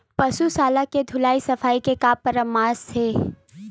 पशु शाला के धुलाई सफाई के का परामर्श हे?